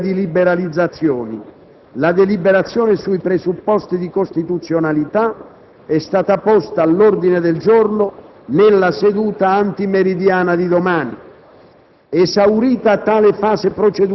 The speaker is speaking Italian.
relativi al decreto-legge in materia di liberalizzazioni. La deliberazione sui presupposti di costituzionalità è stata posta all'ordine del giorno della seduta antimeridiana di domani.